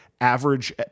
average